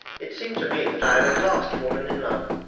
it seemed to me that i had at last fallen in love,